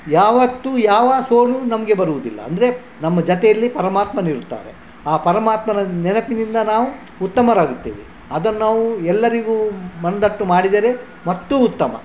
ಯಾವತ್ತೂ ಯಾವ ಸೋಲು ನಮಗೆ ಬರುವುದಿಲ್ಲ ಅಂದರೆ ನಮ್ಮ ಜೊತೆಯಲ್ಲಿ ಪರಮಾತ್ಮನಿರುತ್ತಾರೆ ಆ ಪರಮಾತ್ಮನ ನೆನಪಿನಿಂದ ನಾವು ಉತ್ತಮರಾಗುತ್ತೇವೆ ಅದನ್ನ ನಾವು ಎಲ್ಲರಿಗೂ ಮನದಟ್ಟು ಮಾಡಿದರೆ ಮತ್ತೂ ಉತ್ತಮ